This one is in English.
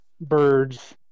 birds